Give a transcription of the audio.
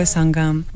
Sangam